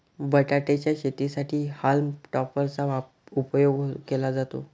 बटाटे च्या शेतीसाठी हॉल्म टॉपर चा उपयोग केला जातो